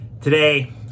Today